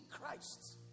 Christ